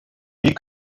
wie